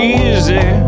easy